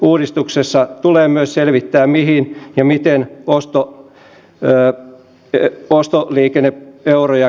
uudistuksessa tulee myös selvittää mihin ja miten ostoliikenne euroja käytetään